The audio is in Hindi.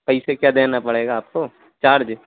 पैसे क्या देना पड़ेगा आपको चार्ज